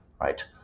right